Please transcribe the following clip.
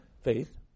Faith